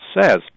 says